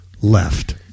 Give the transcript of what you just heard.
left